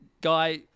guy